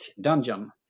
dungeon